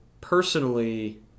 personally